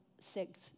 Six